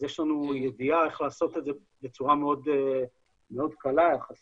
יש לנו ידיעה איך לעשות את זה בצורה מאוד קלה יחסית.